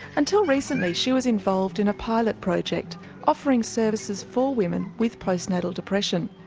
until recently she was involved in a pilot project offering services for women with postnatal depression.